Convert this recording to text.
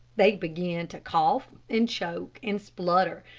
they began to cough, and choke, and splutter,